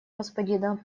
господина